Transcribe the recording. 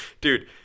Dude